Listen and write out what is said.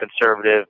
conservative